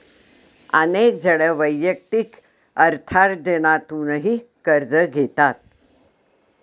अनेक जण वैयक्तिक अर्थार्जनातूनही कर्ज घेतात